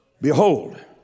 Behold